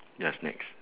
ya snacks